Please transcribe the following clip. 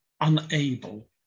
unable